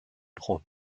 prend